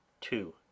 Two